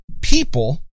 people